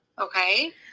Okay